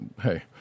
hey